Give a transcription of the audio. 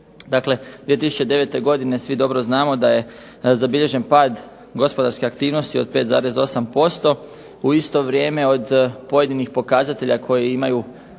Dakle 2009. godine svi dobro znamo da je zabilježen pad gospodarske aktivnosti od 5,8%. U isto vrijeme od pojedinih pokazatelja koje imaju